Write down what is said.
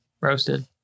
Roasted